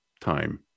time